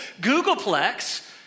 Googleplex